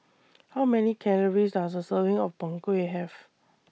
How Many Calories Does A Serving of Png Kueh Have